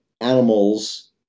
animals